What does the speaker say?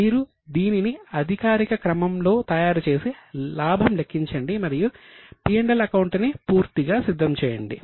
మీరు దీనిని అధికారిక క్రమంలో తయారుచేసి లాభం లెక్కించండి మరియు P L అకౌంట్ ని పూర్తిగా సిద్ధం చేయండి